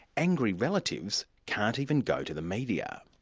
angry relatives can't even go to the media.